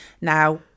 now